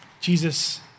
Jesus